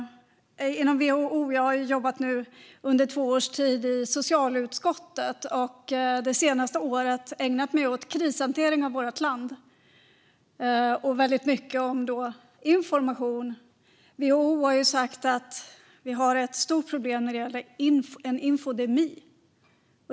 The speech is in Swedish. Jag har nu under två års tid jobbat i socialutskottet. Det senaste året har jag ägnat mig åt krishantering av vårt land och då väldigt mycket åt information. WHO har sagt att vi har ett stort problem: en infodemi.